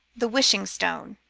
the wishing stone,